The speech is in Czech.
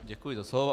Děkuji za slovo.